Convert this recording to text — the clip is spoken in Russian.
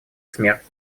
смерть